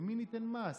על מי ניתן מס?